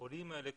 העולים האלה,